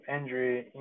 injury